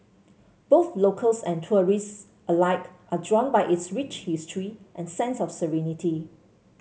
both locals and tourists alike are drawn by its rich history and sense of serenity